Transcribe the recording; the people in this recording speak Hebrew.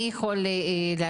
מי יכול להשיב?